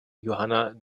johanna